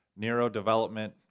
neurodevelopment